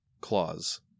claws